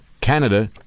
Canada